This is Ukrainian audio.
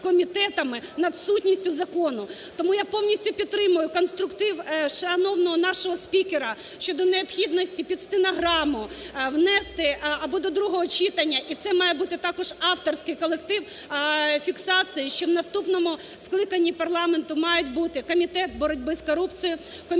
над сутністю закону. Тому я повністю підтримую конструктив шановного нашого спікера щодо необхідності під стенограму внести або до другого читання і це має бути також авторський колектив, фіксації, що в наступному скликанні парламенту мають бути: Комітет боротьби з корупцією, Комітет